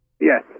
Yes